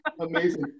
Amazing